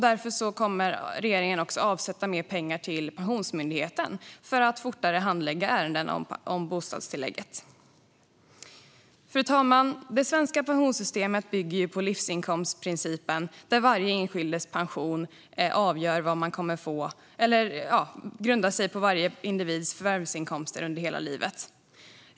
Därför kommer regeringen också att avsätta mer pengar till Pensionsmyndigheten för att den fortare ska kunna handlägga ärenden gällande bostadstillägget. Fru talman! Det svenska pensionssystemet bygger på livsinkomstprincipen: Varje individs pension grundar sig på dennes förvärvsinkomster under hela livet.